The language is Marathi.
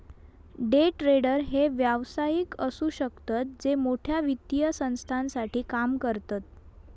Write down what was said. डे ट्रेडर हे व्यावसायिक असु शकतत जे मोठ्या वित्तीय संस्थांसाठी काम करतत